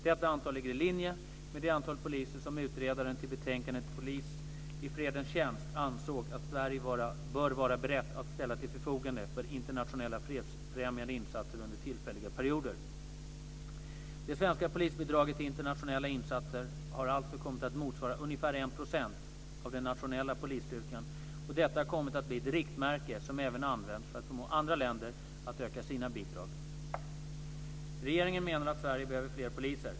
Detta antal ligger i linje med det antal poliser som utredaren till betänkandet Polis i fredens tjänst ansåg att Sverige bör vara berett att ställa till förfogande för internationella fredsfrämjande insatser under tillfälliga perioder. Det svenska polisbidraget till internationella insatser har alltså kommit att motsvara ungefär 1 % av den nationella polisstyrkan, och detta har kommit att bli ett riktmärke som även använts för att förmå andra länder att öka sina bidrag. Regeringen menar att Sverige behöver fler poliser.